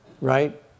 Right